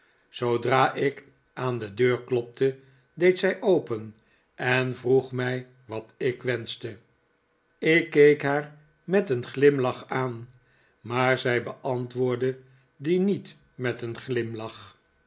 zoodra ik aan de deur klopte deed zij open en vroeg mij wat ik wenschte ik keek haar met een glimlach aan maar zij beantwoordde dien niet met een glimlach